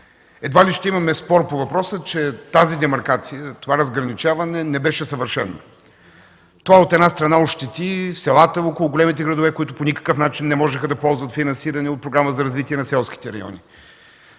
Едва ли ще имаме спор по въпроса, че тази демаркация, това разграничаване не беше съвършено. Това, от една страна, ощети селата около големите градове, които по никакъв начин не можеха да ползват финансиране от Програмата за развитие на селските райони.